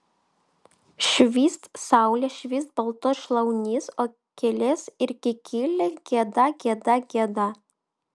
švyst saulė švyst baltos šlaunys o kielės ir kikiliai gieda gieda gieda